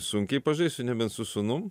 sunkiai pažaisiu nebent su sūnum